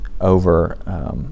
over